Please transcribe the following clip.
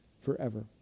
forever